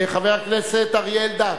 חבר הכנסת אריה אלדד?